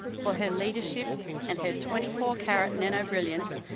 for her leadership and her twenty four carot nano brilliance,